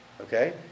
Okay